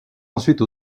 ensuite